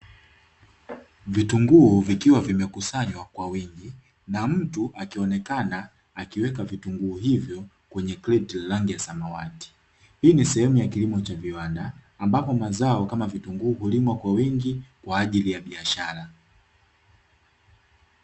Vitunguu vikiwa vimekusanywa kwa wingi na mtu akionekana akiweka kwenye kreti lenye rangi ya samawati. Hii ni sehemu ya kilimo cha viwanda ambapo mazao kama vitunguu hulimwa kwa wingi kwa ajili ya biashara.